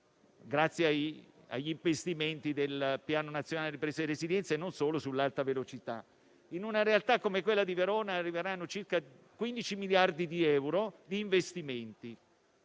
ripresa e resilienza (e non solo) sull'Alta velocità. In una realtà come quella di Verona arriveranno circa 15 miliardi di euro di investimenti.